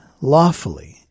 lawfully